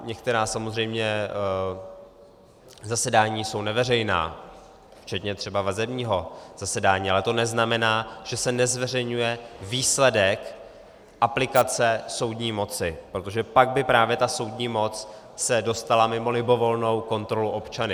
Některá samozřejmě zasedání jsou neveřejná, včetně třeba vazebního zasedání, ale to neznamená, že se nezveřejňuje výsledek aplikace soudní moci, protože pak by se právě ta soudní moc dostala mimo libovolnou kontrolu občany.